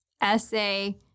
essay